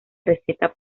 receta